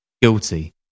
Guilty